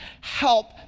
help